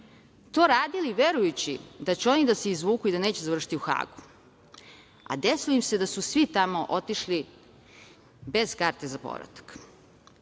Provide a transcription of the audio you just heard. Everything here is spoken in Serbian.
to radili verujući da će oni da se izvuku i da neće završiti u Hagu, a desilo im se da su svi tamo otišli bez karte za povratak.